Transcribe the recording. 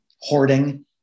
hoarding